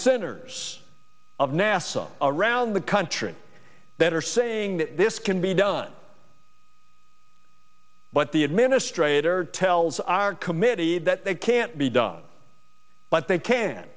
centers of nasa all around the country that are saying that this can be done but the administrator tells our committee that they can't be done but they can